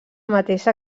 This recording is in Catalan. mateixa